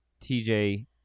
TJ